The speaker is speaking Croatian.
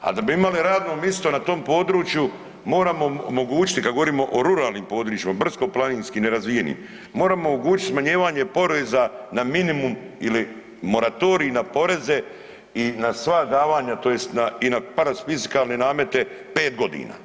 Ali da bi imali radno misto na tom području, moramo omogućiti, kad govorimo o ruralnim područjima, brdsko-planinskim, nerazvijenim, moramo omogućiti smanjivanje poreza na minimum ili moratorij na poreze i na sva davanja tj. i na parafiskalne namete 5 godina.